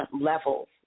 levels